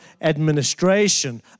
administration